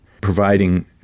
providing